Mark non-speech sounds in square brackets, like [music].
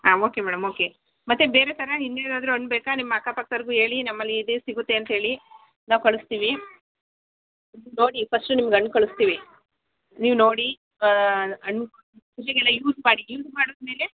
ಹಾಂ okay madam okay ಮತ್ತು ಬೇರೆ ಥರ ಇನ್ನೇನಾದರೂ ಹಣ್ ಬೇಕಾ ನಿಮ್ಮ ಅಕ್ಕಪಕ್ದೋರ್ಗು ಹೇಳಿ ನಮ್ಮಲ್ಲಿ ಇದೇ ಸಿಗುತ್ತೆ ಅಂತ್ಹೇಳಿ ನಾವು ಕಳಿಸ್ತೀವಿ ನೋಡಿ ಫಸ್ಟ್ ನಿಮ್ಗೆ ಹಣ್ ಕಳಿಸ್ತೀವಿ ನೀವು ನೋಡಿ ಹಣ್ [unintelligible] ಯೂಸ್ ಮಾಡಿ ಯೂಸ್ ಮಾಡಿದಮೇಲೆ